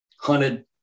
Hunted